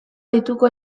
deituko